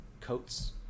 coats